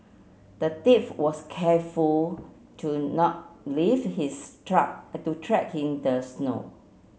the thief was careful to not leave his truck to track in the snow